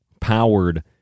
Powered